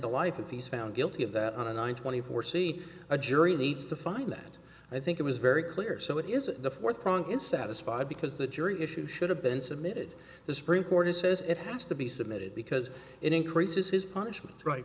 to life if he's found guilty of that on a nine twenty four c a jury needs to find that i think it was very clear so it is the fourth prong in satisfied because the jury issue should have been submitted the supreme court says it has to be submitted because it increases his punishment right